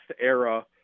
era